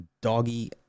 doggy